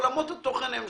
עולמות התוכן הם שונים.